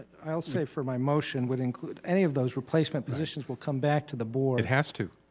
i will say for my motion would include any of those replacement positions will come back to the board. it has to,